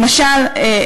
למשל,